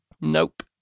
Nope